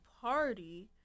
party